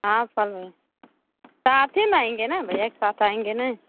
हाँ साथे न आएंगे न भैया के साथ आएंगे नै